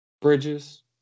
Bridges